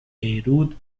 beirut